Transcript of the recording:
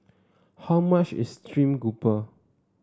how much is stream grouper